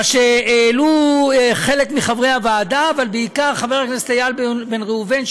מה שהעלו חלק מחברי הוועדה אבל בעיקר חבר הכנסת איל בן ראובן,